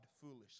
foolishly